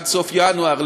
עד סוף ינואר,